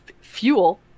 fuel